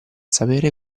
sapere